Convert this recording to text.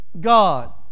God